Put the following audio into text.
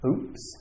Oops